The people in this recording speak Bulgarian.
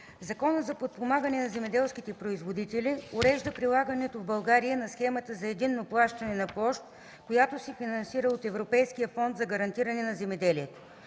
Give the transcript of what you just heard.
„Законът за подпомагане на земеделските производители урежда прилагането в България на Схемата за единно плащане на площ, която се финансира от Европейския фонд за гарантиране на земеделието.